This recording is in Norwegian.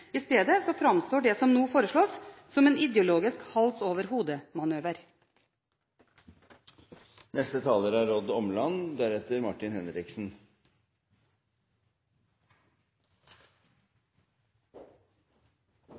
I stedet så framstår det som nå foreslås, som en ideologisk «hals over hode»-manøver. Den kraftforedlende industrien er